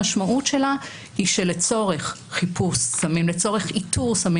המשמעות שלה היא שלצורך איתור סמים,